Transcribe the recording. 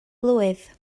blwydd